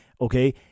Okay